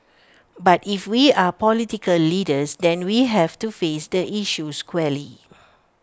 but if we are political leaders then we have to face the issue squarely